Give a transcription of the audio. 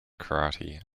karate